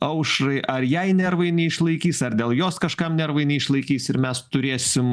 aušrai ar jai nervai neišlaikys ar dėl jos kažkam nervai neišlaikys ir mes turėsim